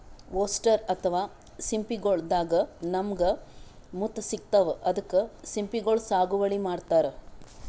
oyster ಅಥವಾ ಸಿಂಪಿಗೊಳ್ ದಾಗಾ ನಮ್ಗ್ ಮುತ್ತ್ ಸಿಗ್ತಾವ್ ಅದಕ್ಕ್ ಸಿಂಪಿಗೊಳ್ ಸಾಗುವಳಿ ಮಾಡತರ್